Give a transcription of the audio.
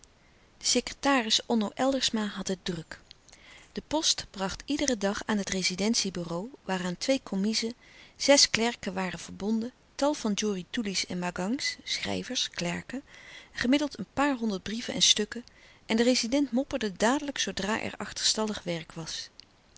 de secretaris onno eldersma had het druk de post bracht iederen dag aan het rezidentie bureau waaraan twee kommiezen zes klerken waren verbonden tal van djoeroe toelis en magangs schrijvers klerken gemiddeld een paar honderd brieven en stukken en de rezident mopperde dadelijk zoodra er achterstallig werk was